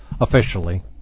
officially